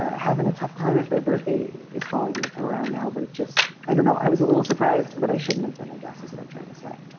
having a tough time if their birthday is falling around now but it just i don't know. i was a little surprised, but i shouldn't have been, i guess, is what i'm trying to say.